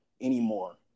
anymore